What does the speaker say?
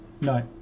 no